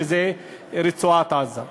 שזה רצועת-עזה.